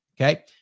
Okay